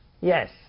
Yes